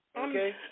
Okay